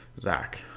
Zach